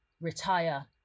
retire